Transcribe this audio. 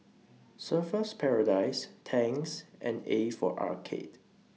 Surfer's Paradise Tangs and A For Arcade